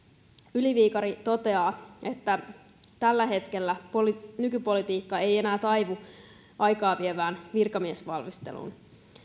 yli viikari toteaa että tällä hetkellä nykypolitiikka ei enää taivu aikaavievään virkamiesvalmisteluun